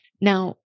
Now